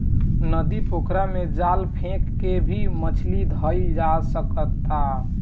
नदी, पोखरा में जाल फेक के भी मछली धइल जा सकता